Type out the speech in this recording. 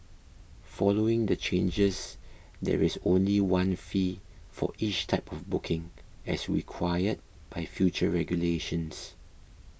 following the changes there is only one fee for each type of booking as required by future regulations